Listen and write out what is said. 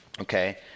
Okay